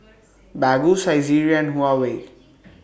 Baggu Saizeriya and Huawei